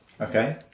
Okay